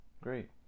Great